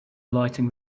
lighting